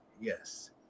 Yes